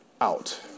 out